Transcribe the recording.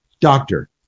Doctor